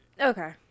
Okay